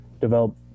develop